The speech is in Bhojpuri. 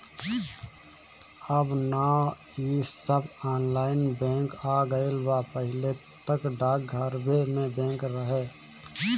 अब नअ इ सब ऑनलाइन बैंक आ गईल बा पहिले तअ डाकघरवे में बैंक रहे